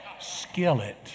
Skillet